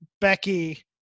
Becky